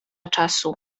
czasu